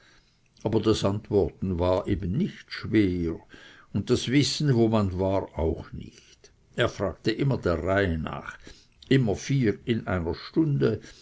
aber das antworten war eben nicht schwer und das wissen wo man war auch nicht er fragte immer der reihe nach immer vier in einer stunde